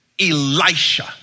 Elisha